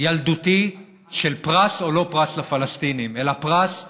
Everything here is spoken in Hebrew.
ילדותי של פרס או לא פרס לפלסטינים אלא פרס לנו,